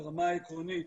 ברמה העקרונית,